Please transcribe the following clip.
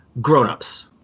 grown-ups